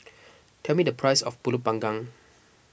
tell me the price of Pulut Panggang